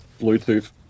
Bluetooth